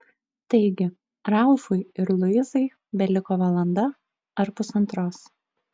taigi ralfui ir luizai beliko valanda ar pusantros